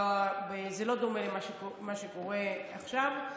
זה לא דומה למה שקורה עכשיו.